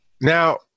now